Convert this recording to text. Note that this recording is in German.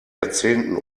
jahrzehnten